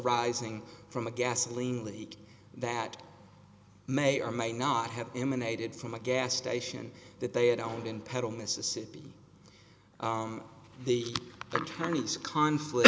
rising from a gasoline leak that may or may not have emanated from a gas station that they had only been pedal mississippi the attorneys conflict